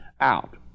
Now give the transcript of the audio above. out